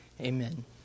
Amen